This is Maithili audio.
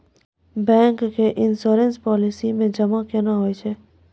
बैंक के इश्योरेंस पालिसी मे जमा केना होय छै?